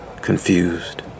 confused